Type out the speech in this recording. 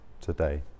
today